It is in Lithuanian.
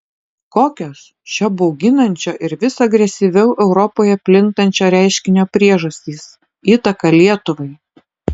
kokios šio bauginančio ir vis agresyviau europoje plintančio reiškinio priežastys įtaka lietuvai